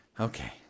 Okay